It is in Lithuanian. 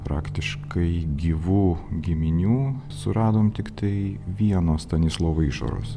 praktiškai gyvų giminių suradom tiktai vieno stanislovo išoros